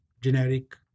generic